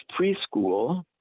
preschool